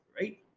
right